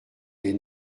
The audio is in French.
les